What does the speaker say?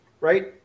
right